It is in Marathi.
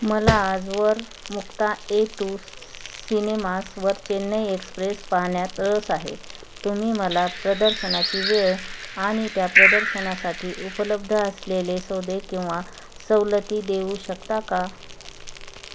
मला आजवर मुक्ता ए टू सिनेमासवर चेन्नई एक्सप्रेस पाहण्यात रस आहे तुम्ही मला प्रदर्शनाची वेळ आणि त्या प्रदर्शनासाठी उपलब्ध असलेले सौदे किंवा सवलती देऊ शकता का